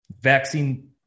Vaccine